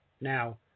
Now